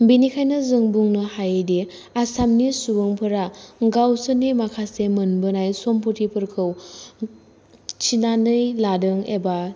बिनिखायनो जों बुंनो हायोदि आसामनि सुबुंफोरा गावसोरनि मोनबोनाय माखासे सम्पतिफोरखौ थिनानै लादों एबा